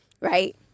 Right